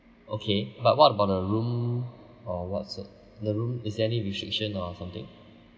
okay but what about the room or whats it the room is there any restriction or something